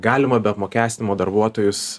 galima be apmokestinimo darbuotojus